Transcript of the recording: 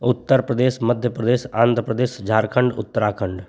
Uttar Pradesh Madhya Pradesh Andhra Pradesh Jharkhand Uttarakhand